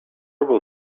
will